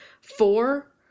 four